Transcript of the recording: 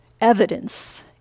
evidence